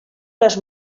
les